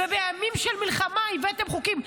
ובימים של מלחמה הבאתם חוקים,